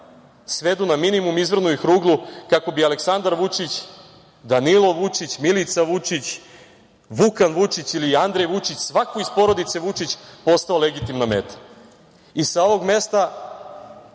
svedu na minimum i izvrnu ih ruglu kako bi Aleksandar Vučić, Danilo Vučić, Milica Vučić, Vukan Vučić ili Andrej Vučić, svako iz porodice Vučić postao legitimna meta. Sa ovog mesta